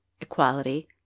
equality